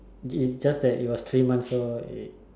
it just that it was three months old it